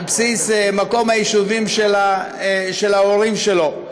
על בסיס מקום היישוב של ההורים שלו.